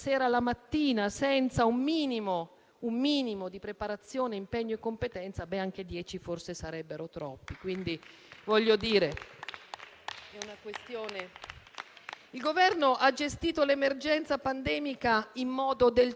Il Governo ha gestito l'emergenza pandemica in modo del tutto autoreferenziale, stravolgendo i principi fondamentali dell'ordinamento costituzionale e della gerarchia delle fonti